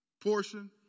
portion